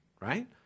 right